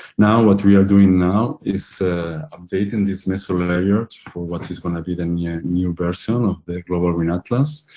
now, what we are doing now is updating this mesolayer for what is gonna be the and yeah new version of the global wind atlas.